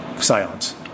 Silence